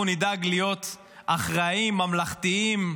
אנחנו נדאג להיות אחראיים, ממלכתיים,